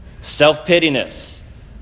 self-pityness